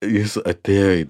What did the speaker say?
jis atėjo į